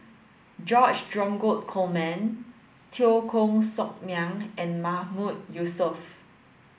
George Dromgold Coleman Teo Koh Sock Miang and Mahmood Yusof